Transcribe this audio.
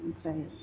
ओमफ्राय